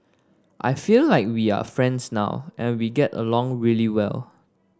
I feel like we are friends now and we get along really well